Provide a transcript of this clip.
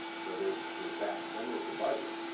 so there's there's that. then there's the budget.